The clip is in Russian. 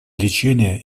лечения